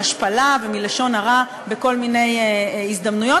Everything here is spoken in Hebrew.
מהשפלה ומלשון הרע בכל מיני הזדמנויות.